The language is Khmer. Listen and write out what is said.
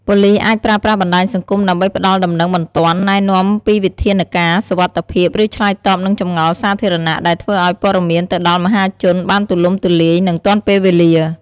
ប៉ូលិសអាចប្រើប្រាស់បណ្ដាញសង្គមដើម្បីផ្តល់ដំណឹងបន្ទាន់ ណែនាំពីវិធានការសុវត្ថិភាព ឬឆ្លើយតបនឹងចម្ងល់សាធារណៈ ដែលធ្វើឲ្យព័ត៌មានទៅដល់មហាជនបានទូលំទូលាយ និងទាន់ពេលវេលា។